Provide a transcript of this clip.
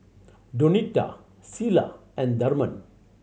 Donita Cilla and Thurman